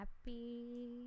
happy